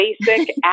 basic